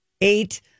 eight